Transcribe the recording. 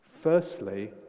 Firstly